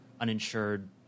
uninsured